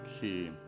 key